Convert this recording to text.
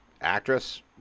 Actress